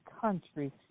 country